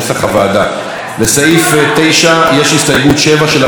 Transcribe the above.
לסעיף 9 יש הסתייגות, 7, של הרשימה המשותפת.